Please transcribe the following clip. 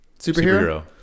superhero